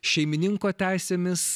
šeimininko teisėmis